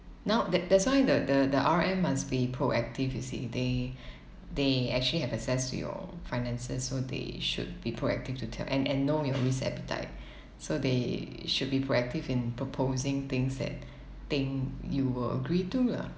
now that that's why the the the R_M must be proactive you see they they actually have access to your finances so they should be proactive to tell and and know your risk appetite so they should be proactive in proposing things that think you will agree to lah